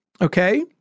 okay